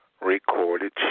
Recorded